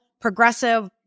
progressive